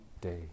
day